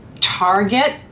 target